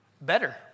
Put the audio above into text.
better